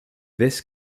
this